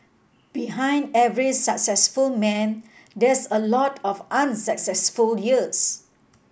behind every successful man there's a lot of unsuccessful years